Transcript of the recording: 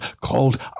called